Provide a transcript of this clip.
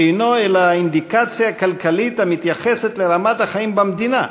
שאינו אלא אינדיקציה כלכלית המתייחסת לרמת החיים במדינה,